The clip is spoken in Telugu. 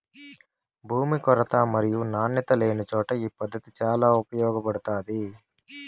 భూమి కొరత మరియు నాణ్యత లేనిచోట ఈ పద్దతి చాలా ఉపయోగపడుతాది